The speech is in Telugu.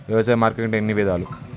వ్యవసాయ మార్కెటింగ్ ఎన్ని విధాలు?